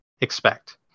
expect